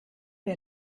wir